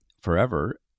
forever